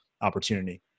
opportunity